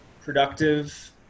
productive